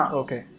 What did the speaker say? okay